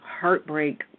heartbreak